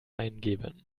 eingeben